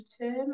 term